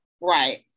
Right